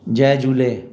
जय झूले